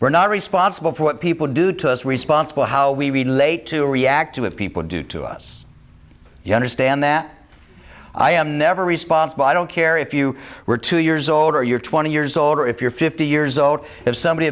we're not responsible for what people do to us responsible how we relate to react to it people do to us you understand that i am never responsible i don't care if you were two years old or you're twenty years old or if you're fifty years old if somebody